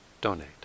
donate